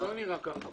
זה לא נראה ככה.